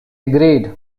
agreed